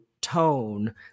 tone